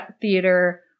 Theater